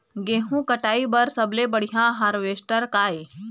गेहूं कटाई बर सबले बढ़िया हारवेस्टर का ये?